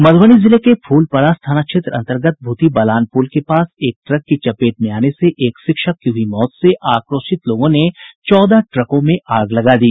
मधुबनी जिले के फुलपरास थाना क्षेत्र अंतर्गत भूतही बलान पुल के पास एक ट्रक की चपेट में आने से एक शिक्षक की हयी मौत से आक्रोशित लोगों ने चौदह ट्रकों में आग लगा दी